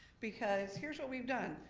because, here's what we've done,